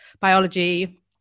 biology